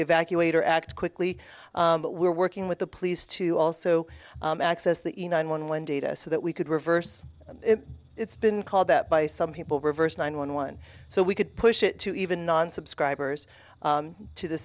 evacuate or act quickly but we're working with the police to also access the nine one one data so that we could reverse it's been called that by some people reverse nine one one so we could push it to even non subscribers to the